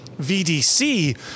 VDC